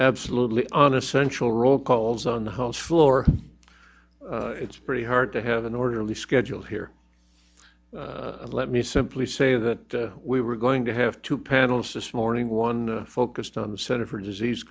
absolutely on essential roll calls on the house floor it's pretty hard to have an orderly schedule here let me simply say that we were going to have two panels this morning one focused on the center for disease